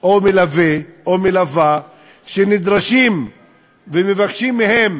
או מלוֶה או מלוָה שנדרשים ומבקשים מהם